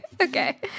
Okay